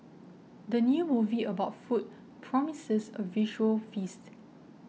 the new movie about food promises a visual feast